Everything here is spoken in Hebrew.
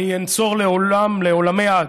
אני אנצור לעולם, לעולמי עד,